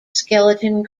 skeleton